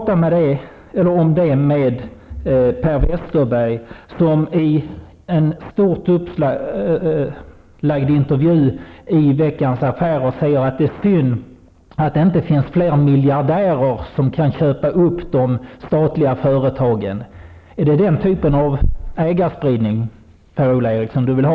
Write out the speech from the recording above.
Tala om det med Per Westerberg, som i en stort upplagd intervju i Veckans Affärer säger att det är synd att det inte finns fler miljardärer som kan köpa upp de statliga företagen. Är det den typen av ägarspridning som Per-Ola Eriksson vill ha?